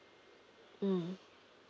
mm